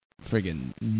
friggin